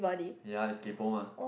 ya is kaypo mah